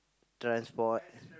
transport